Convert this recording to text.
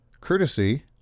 courtesy